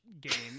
game